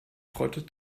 trottet